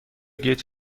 گیت